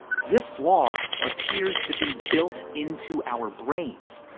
zipf's law appears to be built into our brains.